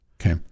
Okay